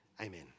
Amen